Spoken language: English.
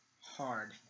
hard